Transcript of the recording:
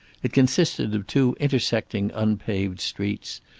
it consisted of two intersecting unpaved streets,